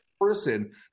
person